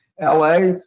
LA